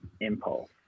impulse